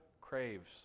craves